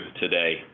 today